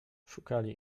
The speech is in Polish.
szukali